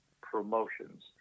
promotions